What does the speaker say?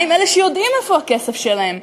מה עם אלה שיודעים איפה הכסף שלהם?